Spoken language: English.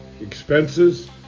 expenses